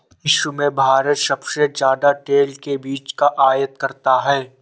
विश्व में भारत सबसे ज्यादा तेल के बीज का आयत करता है